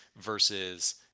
versus